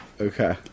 Okay